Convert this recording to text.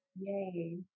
Yay